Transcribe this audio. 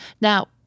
Now—